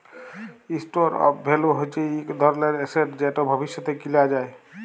store of value হচ্যে ইক ধরলের এসেট যেট ভবিষ্যতে কিলা যায়